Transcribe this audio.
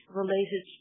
related